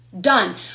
Done